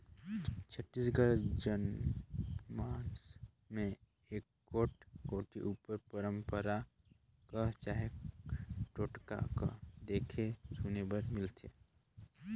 छत्तीसगढ़ी जनमानस मे एगोट कोठी उपर पंरपरा कह चहे टोटका कह देखे सुने बर मिलथे